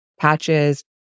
patches